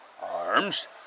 Arms